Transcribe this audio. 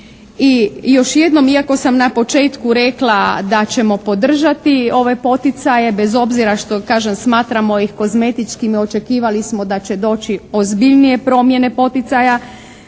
I još jednom iako sam na početku rekla da ćemo podržati ove poticaje, bez obzira što kažem smatramo ih kozmetičkim i očekivali smo da će doći ozbiljnije promjene poticaja.